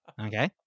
Okay